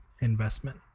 investment